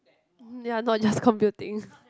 mm yeah not just computing